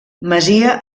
masia